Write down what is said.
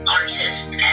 artists